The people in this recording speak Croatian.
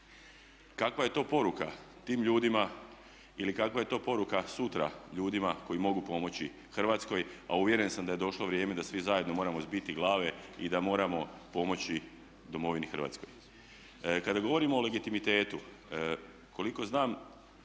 Kakva je to poruka tim ljudima ili kakva je to poruka sutra ljudima koji mogu pomoći Hrvatskoj a uvjeren sam da je došlo vrijeme da svi zajedno moramo zbiti glave i da moramo pomoći domovini Hrvatskoj. Kada govorimo o legitimitetu koliko znam